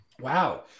Wow